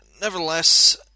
Nevertheless